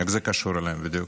איך זה קשור אליהם בדיוק?